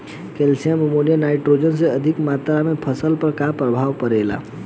Calcium ammonium nitrate के अधिक मात्रा से फसल पर का प्रभाव परेला?